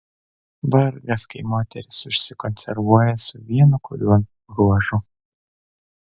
vargas kai moteris užsikonservuoja su vienu kuriuo bruožu